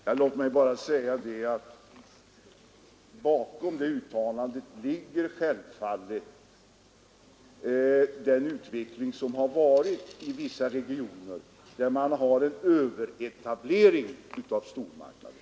Herr talman! Låt mig bara säga att bakom det uttalandet ligger självfallet den utveckling som har skett i vissa regioner där man har en överetablering av bl.a. stormarknader.